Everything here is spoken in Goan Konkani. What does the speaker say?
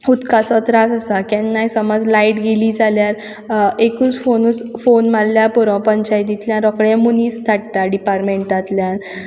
उदकाचो त्रास आसा केन्नाय समज लायट गेली जाल्यार एकूच फोनूच फोन मारल्या पुरो पंचायतींतल्यान रोकडे मनीस धाडटा डिपार्टमेंटांतल्यान